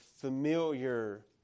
familiar